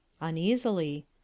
uneasily